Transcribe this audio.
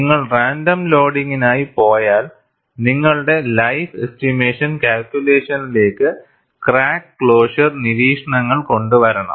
നിങ്ങൾ റാൻഡം ലോഡിംഗിനായി പോയാൽ നിങ്ങളുടെ ലൈഫ് എസ്റ്റിമേഷൻ കാൽക്കുലേഷനിലേക്ക് ക്രാക്ക് ക്ലോഷർ നിരീക്ഷണങ്ങൾ കൊണ്ടുവരണം